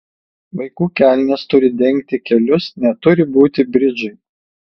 vaikų kelnės turi dengti kelius neturi būti bridžai